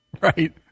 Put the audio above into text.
Right